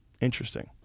Interesting